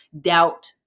Doubt